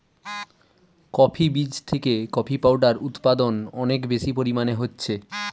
coffee বীজ থিকে coffee powder উদপাদন অনেক বেশি পরিমাণে হচ্ছে